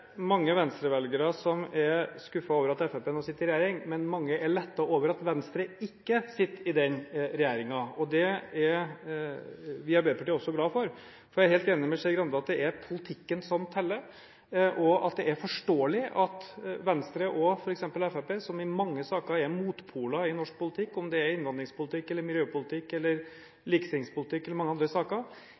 mange Venstre-velgere som er skuffet over at Fremskrittspartiet nå sitter i regjering, men mange er lettet over at Venstre ikke sitter i den regjeringen. Det er vi i Arbeiderpartiet også glad for. Jeg er helt enig med Skei Grande i at det er politikken som teller, og det er forståelig at Venstre og f.eks. Fremskrittspartiet, som i mange saker er motpoler i norsk politikk, om det gjelder innvandringspolitikk, miljøpolitikk, likestillingspolitikk eller mange andre saker,